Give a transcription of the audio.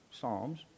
Psalms